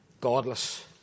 godless